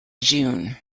june